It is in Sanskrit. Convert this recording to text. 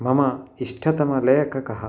मम इष्टतमः लेखकः